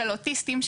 של אוטיסטים,